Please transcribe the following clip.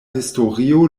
historio